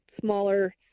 smaller